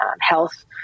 health